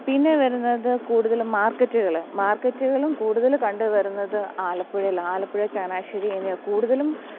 പിന്നെ വരുന്നത് കൂടുതലും മാർക്കറ്റുകൾ മാർക്കറ്റുകളും കൂടുതൽ കണ്ടുവരുന്നത് ആലപ്പുഴയിലാ ആലപ്പുഴ ചങ്ങനാശ്ശേരി എന്നിവ കൂടുതലും